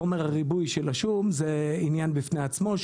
חומר הריבוי של השום זה עניין בפני עצמו,